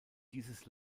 dieses